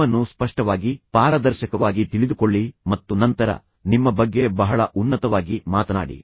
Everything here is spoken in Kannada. ನಿಮ್ಮನ್ನು ಸ್ಪಷ್ಟವಾಗಿ ಪಾರದರ್ಶಕವಾಗಿ ತಿಳಿದುಕೊಳ್ಳಿ ಮತ್ತು ನಂತರ ನಿಮ್ಮ ಬಗ್ಗೆ ಬಹಳ ಉನ್ನತವಾಗಿ ಮಾತನಾಡಿ